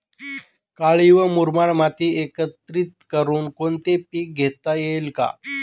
काळी व मुरमाड माती एकत्रित करुन कोणते पीक घेता येईल का?